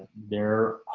there.